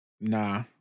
Nah